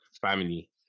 family